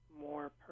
More